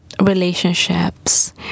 relationships